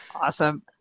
Awesome